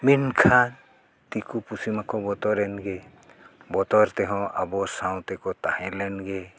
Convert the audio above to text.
ᱢᱮᱱᱠᱷᱟᱱ ᱫᱤᱠᱩᱼᱯᱩᱥᱤ ᱢᱟᱠᱚ ᱵᱚᱛᱚᱨᱮᱱ ᱜᱮ ᱵᱚᱛᱚᱨ ᱛᱮᱦᱚᱸ ᱟᱵᱚ ᱥᱟᱶᱛᱮᱠᱚ ᱛᱟᱦᱮᱸᱞᱮᱱ ᱜᱮ